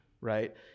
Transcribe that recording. right